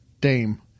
Dame